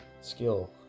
skill